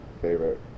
favorite